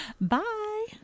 Bye